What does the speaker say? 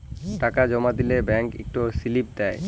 টাকা জমা দিলে ব্যাংক ইকট সিলিপ দেই